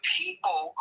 people